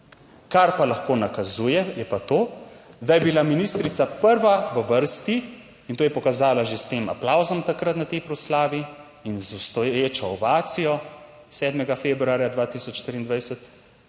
Kar pa lahko nakazuje, je pa to, da je bila ministrica prva v vrsti, in to je pokazala že s tem aplavzom takrat na tej proslavi in z obstoječo ovacijo 7. februarja 2023,